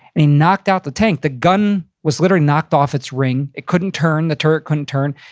he knocked out the tank. the gun was literally knocked off its ring. it couldn't turn. the turret couldn't turn.